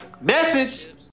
Message